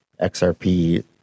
XRP